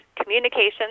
communications